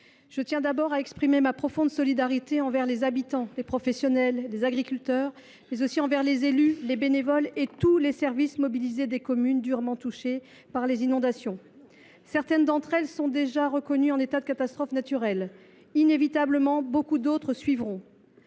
Je tiens tout d’abord à exprimer ma profonde solidarité envers les habitants, les professionnels, les agriculteurs, mais aussi envers les élus, les bénévoles et l’ensemble des services mobilisés des communes durement touchées par les inondations. Certaines de ces communes sont d’ores et déjà reconnues en état de catastrophe naturelle. Inévitablement, nombre d’autres suivront.